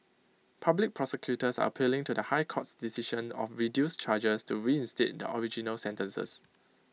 public prosecutors are appealing to the high court's decision of reduced charges to reinstate their original sentences